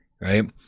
right